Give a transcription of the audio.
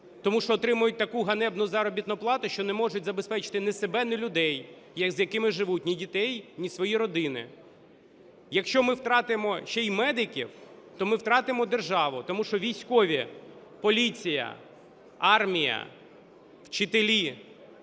тому що отримують таку ганебну заробітну плату, що не можуть забезпечити ні себе, ні людей, з якими живуть, ні дітей, ні свої родини. Якщо ми втратимо ще й медиків, то ми втратимо державу, тому що військові, поліція, армія, вчителі